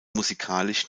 musikalisch